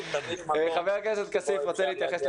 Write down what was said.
חבר הכנסת כסיף רוצה להתייחס.